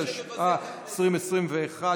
התשפ"א 2021,